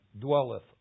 dwelleth